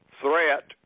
threat